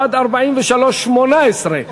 עד 43(18),